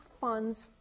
funds